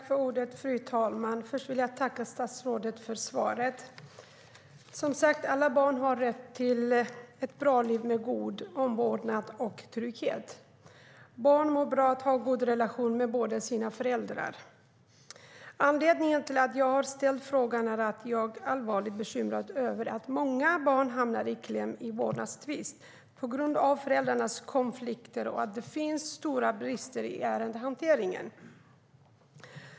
Fru talman! Först vill jag tacka statsrådet för svaret. Alla barn har som sagt rätt till ett bra liv med god omvårdnad och trygghet. Barn mår bra av att ha en god relation med båda sina föräldrar. Anledningen till att jag har ställt interpellationen är att jag är allvarligt bekymrad över att många barn hamnar i kläm i vårdnadstvister på grund av föräldrarnas konflikter och på grund av att det finns stora brister i ärendehanteringen.